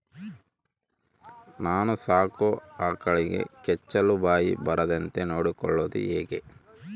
ನಾನು ಸಾಕೋ ಆಕಳಿಗೆ ಕೆಚ್ಚಲುಬಾವು ಬರದಂತೆ ನೊಡ್ಕೊಳೋದು ಹೇಗೆ?